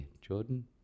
Jordan